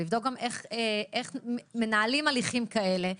ולבדוק גם איך מנהלים הליכים כאלה,